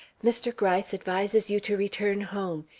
mr. gryce advises you to return home.